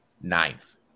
ninth